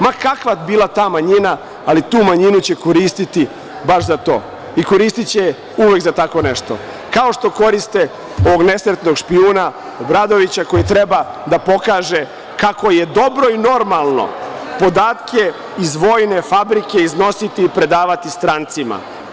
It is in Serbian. Ma kakva bila ta manjina, ali tu manjinu će koristiti baš za to, koristiće je uvek za tako nešto, kao što koriste ovog nesretnog špijuna Obradovića koji treba da pokaže kako je dobro i normalno podatke iz vojne fabrike iznositi i prodavati strancima.